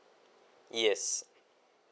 yes